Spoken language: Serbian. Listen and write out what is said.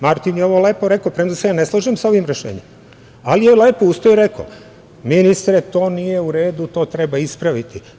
Martin je ovo lepo rekao, premda se ja ne slažem sa ovim rešenjem, ali je lepo ustao i rekao – ministre, to nije u redu, to treba ispraviti.